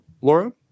Laura